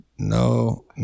No